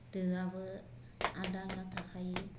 दोआबो आलादा आलादा थाखायो